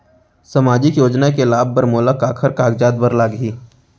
सामाजिक योजना के लाभ बर मोला काखर कागजात बर लागही?